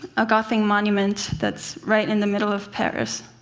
a gothic monument that's right in the middle of paris.